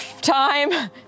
time